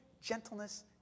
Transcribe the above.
gentleness